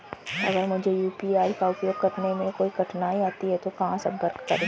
अगर मुझे यू.पी.आई का उपयोग करने में कोई कठिनाई आती है तो कहां संपर्क करें?